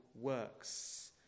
works